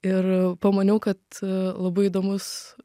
ir pamaniau kad labai įdomus